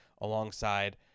alongside